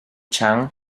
chang